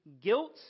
guilt